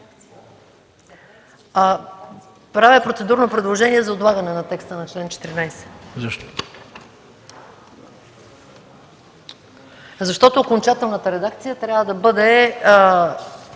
Правя процедурно предложение за отлагане на текста на чл. 14, защото окончателната редакция трябва да бъде